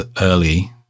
early